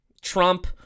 Trump